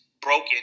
broken